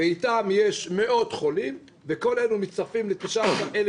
אתם יש מאות חולים וכל אלה מצטרפים ל-19,000